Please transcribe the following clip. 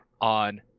on